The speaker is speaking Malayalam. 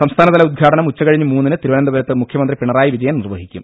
സംസ്ഥാനതല ഉദ്ഘാടനം ഉച്ചകഴിഞ്ഞ് മൂന്നിന് തിരുവനന്തപുരത്ത് മുഖ്യ മന്ത്രി പിണറായി വിജയൻ നിർവഹിക്കും